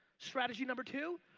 strategy number two,